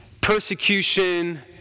persecution